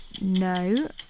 No